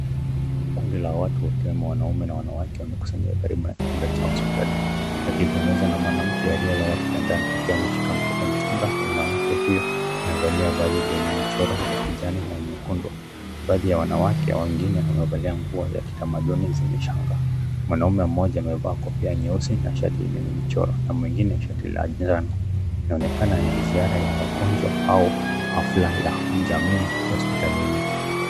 Kundi la watu ikiwemo wanaume na wanawake wamekusanyika karibu na kibanda hospitalini, wakizungumza na mwanamke aliyelala kitandani, akiwa ameshika mtoto mchanga, mwanamke huyo amevalia vazi la kijani iliyo nyekundu, baadhi ya wanawake wengine wamevalia nguo za kitamaduni zenye shanga, mwanaume mmoja amevaa shati nyeusi na kofia yenye michoro, na mwingine shati la manjano, inaonekana ni ziara ya wagonjwa au hafla ya jamii hospitalini.